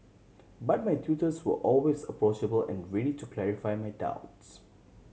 but my tutors were always approachable and ready to clarify my doubts